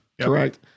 correct